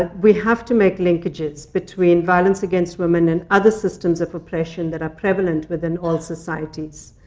ah we have to make linkages between violence against women and other systems of oppression that are prevalent within all societies.